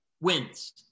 wins